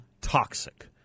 toxic